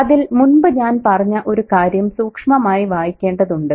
അതിൽ മുൻപ് ഞാൻ പറഞ്ഞ ഒരു കാര്യം സൂക്ഷ്മമായി വായിക്കേണ്ടതുണ്ട്